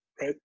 right